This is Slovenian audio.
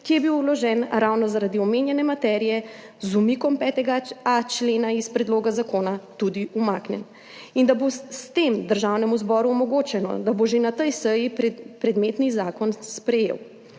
ki je bil vložen ravno zaradi omenjene materije, z umikom 5a. člena iz predloga zakona tudi umaknjen in da bo s tem Državnemu zboru omogočeno, da bo že na tej seji sprejel predmetni zakon.